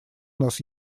нас